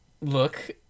Look